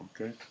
okay